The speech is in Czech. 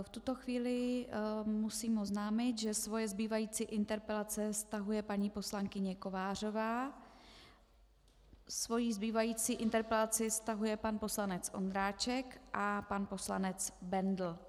V tuto chvíli musím oznámit, že svoje zbývající interpelace stahuje paní poslankyně Kovářová, svoji zbývající interpelaci stahuje pan poslanec Ondráček a pan poslanec Bendl.